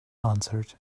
answered